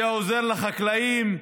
זה עוזר לחקלאים,